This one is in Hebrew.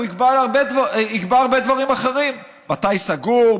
הוא יקבע הרבה דברים אחרים: מתי סגור,